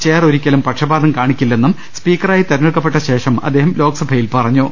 chair ഒരിക്കലും പക്ഷപാതം കാണിക്കില്ലെന്നും സ്പീക്കറായി തിര ഞ്ഞെടുക്കപ്പെട്ടശേഷം അദ്ദേഹം ലോക്സഭയിൽ പറഞ്ഞു